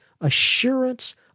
assurance